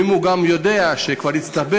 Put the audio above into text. אם הוא יודע שכבר הצטברו